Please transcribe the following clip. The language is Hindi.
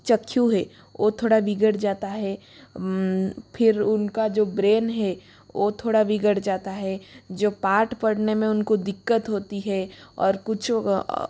चक्ख्यु है ओ थोड़ा बिगड़ जाता है फिर उनका जो ब्रेन है ओ थोड़ा बिगड़ जाता है जो पाठ पढ़ने में उनको दिक्कत होती है और कुछ